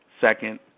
second